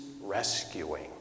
rescuing